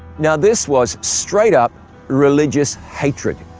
now, this was straight-up religious hatred.